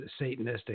Satanistic